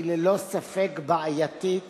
היא ללא ספק בעייתית